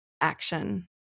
Action